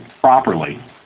properly